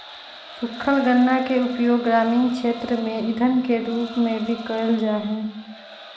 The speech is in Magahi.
सूखल गन्ना के उपयोग ग्रामीण क्षेत्र में इंधन के रूप में भी कइल जाहई